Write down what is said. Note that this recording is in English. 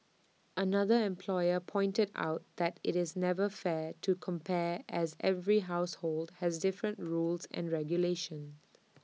another employer pointed out that IT is never fair to compare as every household has different rules and regulations